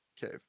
cave